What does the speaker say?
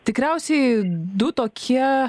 tikriausiai du tokie